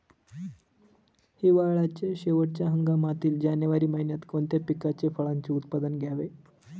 हिवाळ्याच्या शेवटच्या हंगामातील जानेवारी महिन्यात कोणत्या पिकाचे, फळांचे उत्पादन घ्यावे?